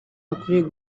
hakwiriye